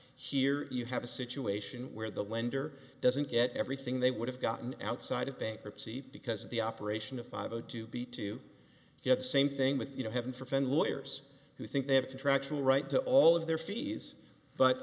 here you have a situation where the lender doesn't get everything they would have gotten outside of bankruptcy because the operation of five a to b two yet same thing with you know heaven for fend lawyers who think they have contractual right to all of their fees but